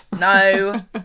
No